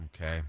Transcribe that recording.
Okay